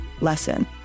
lesson